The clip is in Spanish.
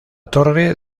torre